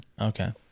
Okay